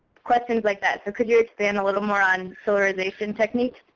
questions like that. so could you expand a little more on solarization techniques?